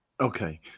okay